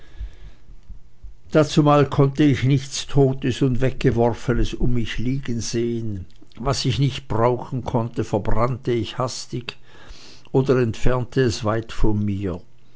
dazumal konnte ich nichts totes und weggeworfenes um mich liegen sehen was ich nicht brauchen konnte verbrannte ich hastig oder entfernte es weit von mir